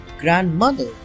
grandmother